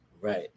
Right